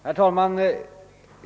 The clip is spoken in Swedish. Herr talman!